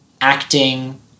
acting